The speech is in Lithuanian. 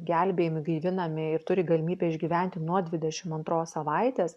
gelbėjami gaivinami ir turi galimybę išgyventi nuo dvidešim antros savaitės